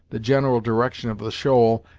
the general direction of the shoal,